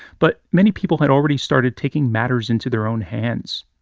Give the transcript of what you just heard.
but many people had already started taking matters into their own hands.